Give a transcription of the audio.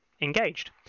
engaged